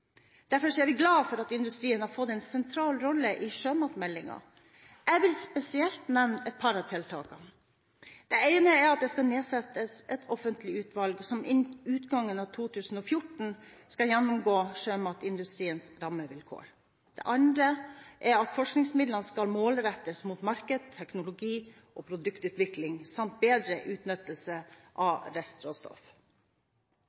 Derfor er vi glad for at industrien har fått en sentral rolle i sjømatmeldingen. Jeg vil spesielt nevne et par av tiltakene. Det ene er at det skal nedsettes et offentlig utvalg som innen utgangen av 2014 skal gjennomgå sjømatindustriens rammevilkår. Det andre er at forskningsmidlene skal målrettes mot markeds-, teknologi- og produktutvikling samt bedre utnyttelse